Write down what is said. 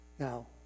Now